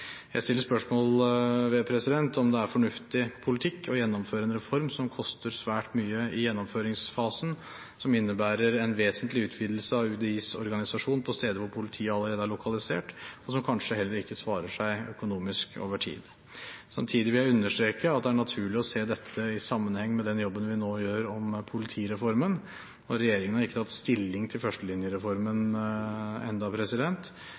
Jeg stiller spørsmål ved om det er fornuftig politikk å gjennomføre en reform som koster svært mye i gjennomføringsfasen, som innebærer en vesentlig utvidelse av UDIs organisasjon på steder hvor politiet allerede er lokalisert, og som kanskje heller ikke svarer seg økonomisk over tid. Samtidig vil jeg understreke at det er naturlig å se dette i sammenheng med den jobben vi nå gjør med politireformen. Regjeringen har ikke tatt stilling til førstelinjereformen